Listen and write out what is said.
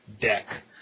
deck